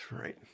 right